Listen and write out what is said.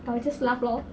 I will just laugh lor